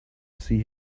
see